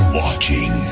watching